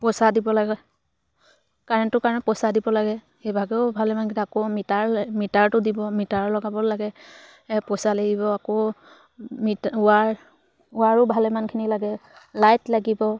পইচা দিব লাগে কাৰেণ্টটো কাৰণ পইচা দিব লাগে সেইভাগেও ভালেমানকেইটা আকৌ মিটাৰ মিটাৰটো দিব মিটাৰ লগাব লাগে পইচা লাগিব আকৌ মিটাৰ ৱাৰ ৱাৰো ভালেমানখিনি লাগে লাইট লাগিব